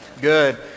Good